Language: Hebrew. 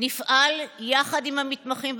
"נפעל יחד עם המתמחים,